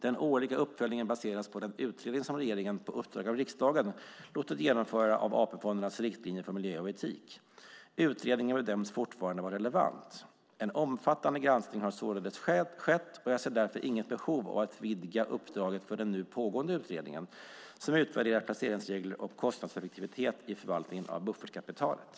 Den årliga uppföljningen baseras på den utredning som regeringen på uppdrag av riksdagen låtit genomföra av AP-fondernas riktlinjer för miljö och etik. Utredningen bedöms fortfarande vara relevant. En omfattande granskning har således skett, och jag ser därför inget behov av att vidga uppdraget för den nu pågående utredningen som utvärderar placeringsregler och kostnadseffektivitet i förvaltningen av buffertkapitalet.